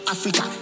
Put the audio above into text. Africa